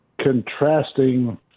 contrasting